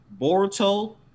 boruto